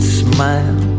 smile